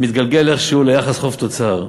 מתגלגל איכשהו ליחס חוב תוצר.